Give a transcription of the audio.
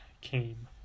came